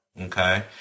Okay